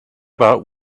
about